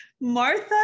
Martha